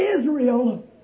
Israel